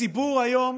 הציבור היום